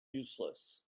useless